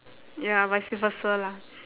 ya vice versa lah